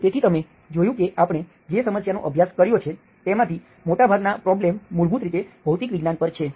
તેથી તમે જોયું કે આપણે જે સમસ્યાનો અભ્યાસ કર્યો છે તેમાંથી મોટાભાગનાં પ્રોબ્લેમ મૂળભૂત રીતે ભૌતિક વિજ્ઞાન પર છે